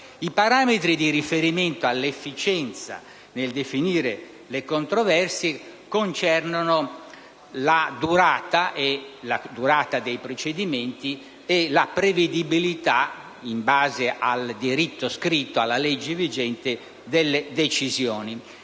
I parametri di riferimento per l'efficienza nel definire le controversie concernono la durata dei procedimenti e la prevedibilità, in base al diritto scritto, alla legge vigente, delle decisioni.